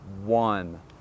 one